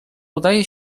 udaje